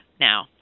Now